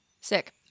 Sick